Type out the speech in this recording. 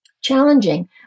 challenging